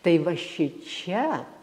tai va šičia